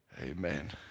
Amen